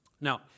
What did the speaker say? Now